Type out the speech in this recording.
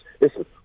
listen